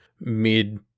mid